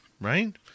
Right